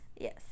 Yes